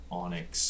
onyx